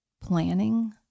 planning